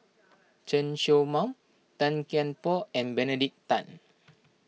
Chen Show Mao Tan Kian Por and Benedict Tan